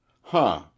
Huh